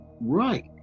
right